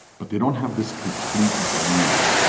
but they don't have this complete view